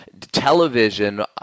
television